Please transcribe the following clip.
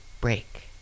break